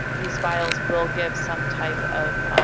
these files will give some type of.